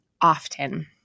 often